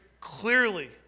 clearly